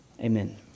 Amen